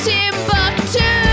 Timbuktu